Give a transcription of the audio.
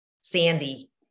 sandy